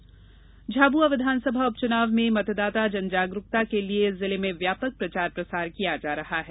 उपचुनाव झाबुआ विधानसभा उपचुनाव में मतदाता जनजागरूकता के लिए जिले में व्यापक प्रचार प्रसार किया जा रहा है